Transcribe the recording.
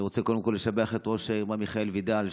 אני רוצה לשבח את ראש העיר מיכאל וידל,